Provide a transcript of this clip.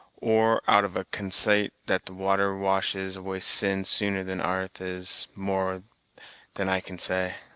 or out of a consait that water washes away sin sooner than arth, is more than i can say.